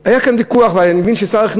היה כאן ויכוח ואני מבין ששר החינוך